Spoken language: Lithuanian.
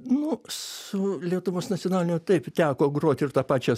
nu su lietuvos nacionaliniu taip teko grot ir tą pačią